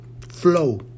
flow